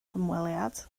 hymweliad